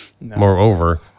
Moreover